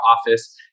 office